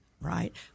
Right